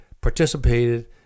participated